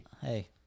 Hey